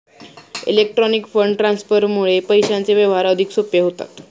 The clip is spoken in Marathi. इलेक्ट्रॉनिक फंड ट्रान्सफरमुळे पैशांचे व्यवहार अधिक सोपे होतात